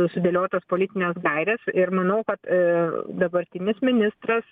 susidėliotas politines gaires ir manau kad dabartinis ministras